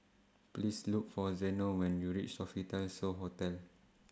Please Look For Zeno when YOU REACH Sofitel So Hotel